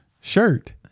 shirt